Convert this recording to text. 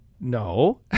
No